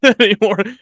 anymore